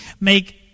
make